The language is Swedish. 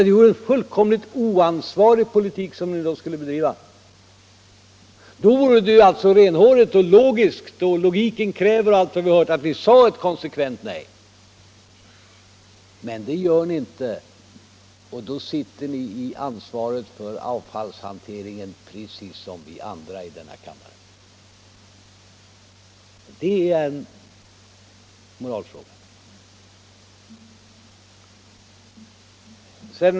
Det vore en fullkomligt oansvarig politik som ni då skulle bedriva. Då vore det renhårigt och logiskt att ni sade ett konsekvent nej. Men det gör ni inte, och då sitter ni med ansvaret för avfallshanteringen precis som vi andra i denna kammare. Det är en moralfråga.